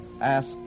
ask